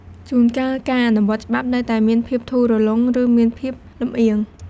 ជួនកាល ការអនុវត្តច្បាប់នៅតែមានភាពធូររលុង ឬមានភាពលម្អៀង ។